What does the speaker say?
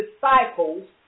disciples